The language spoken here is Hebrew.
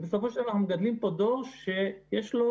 בסופו של דבר אנחנו מגדלים פה דור שיש לו